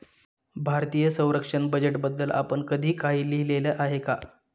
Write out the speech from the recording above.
भारतीय संरक्षण बजेटबद्दल आपण कधी काही लिहिले आहे का?